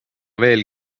veel